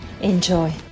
Enjoy